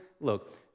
Look